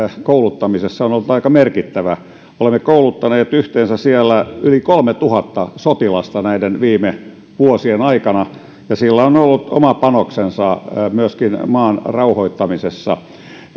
kouluttamisessa on ollut aika merkittävä olemme kouluttaneet siellä yhteensä yli kolmetuhatta sotilasta näiden viime vuosien aikana ja sillä on ollut oma panoksensa myöskin maan rauhoittamisessa